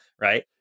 right